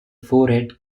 forehead